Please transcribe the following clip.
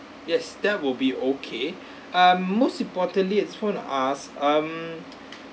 yes that will be okay um most importantly I just want to ask um